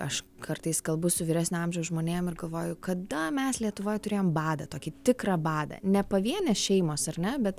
aš kartais kalbu su vyresnio amžiaus žmonėm ir galvoju kada mes lietuvoj turėjom badą tokį tikrą badą ne pavienės šeimos ar ne bet